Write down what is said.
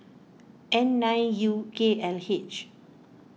N nine U K L H